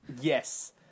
Yes